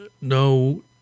no